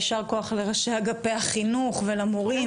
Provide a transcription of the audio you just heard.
יישר כוח לראשי אגפי החינוך ולמורים